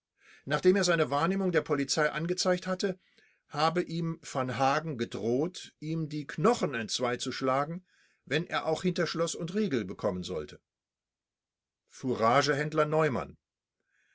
nachdem er seine wahrnehmungen der polizei angezeigt hatte habe ihm v hagen gedroht ihm die knochen entzwei zu schlagen wenn er auch hinter schloß und riegel kommen sollte fouragehändler neumann